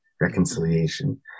reconciliation